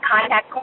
contact